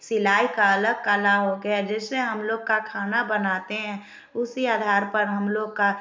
सिलाई का अलग कला हो गया जैसे हम लोग का खाना बनाते हैं उसी आधार पर हम लोग का